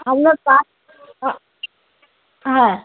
আমরা হ্যাঁ